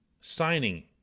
signing